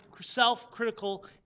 self-critical